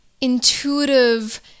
intuitive